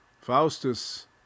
faustus